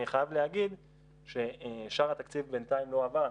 חייב להגיד ששאר התקציב בינתיים לא הועבר.